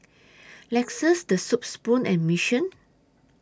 Lexus The Soup Spoon and Mission